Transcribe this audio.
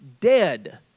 dead